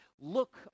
Look